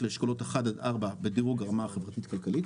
לאשכולות 1-4 בדירוג הרמה החברתית כלכלית,